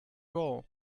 roll